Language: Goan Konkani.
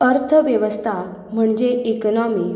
अर्थ वेवस्था म्हणजे इकनॉमी